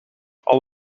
all